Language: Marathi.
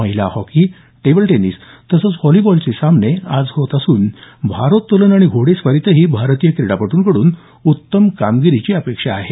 महिला हॉकी टेबल टेनिस तसंच व्हॉलीबॉलचे सामने आज होत असून भारोत्तोलन आणि घोडेस्वारीतही भारतीय क्रीडापटूंकडून उत्तम कामगिरीची अपेक्षा आहे